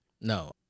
No